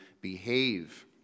behave